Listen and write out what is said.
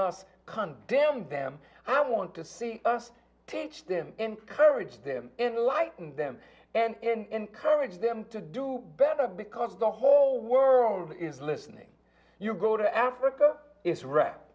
condemn them i want to see us teach them encourage them in lighten them and encourage them to do better because the whole world is listening you go to africa it's r